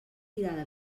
tirada